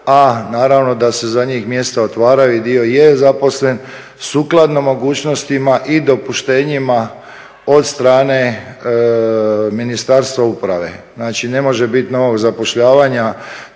a naravno da se za njih mjesta otvaraju i dio je zaposlen sukladno mogućnostima i dopuštenjima od strane Ministarstva uprave. Znači ne može biti novog zapošljavanja